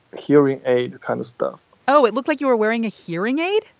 hearing aid kind of stuff oh. it looked like you were wearing a hearing aid?